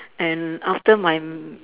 and after my m~